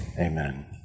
amen